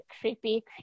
creepy